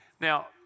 Now